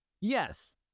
Yes